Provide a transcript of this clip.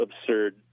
absurd